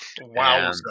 Wow